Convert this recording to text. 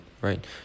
right